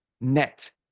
net